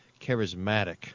charismatic